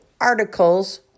articles